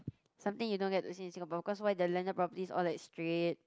something you don't get to see in Singapore because why the landed properties all like straight